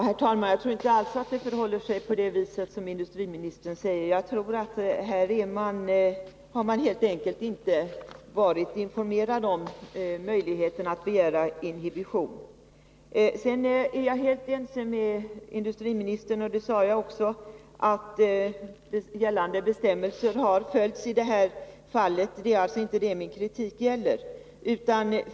Herr talman! Jag tror inte alls att det förhåller sig på det vis som industriministern säger. Jag tror att man här helt enkelt inte varit informerad om möjligheterna att begära inhibition. Sedan är jag helt ense med industriministern — och det sade jag också — att gällande bestämmelser har följts i det här fallet; det är inte det min kritik gäller.